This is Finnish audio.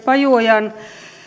pajuojan